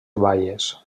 baies